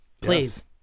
Please